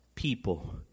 people